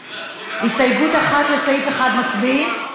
הסתייגות 1, לסעיף 1, מצביעים?